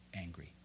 angry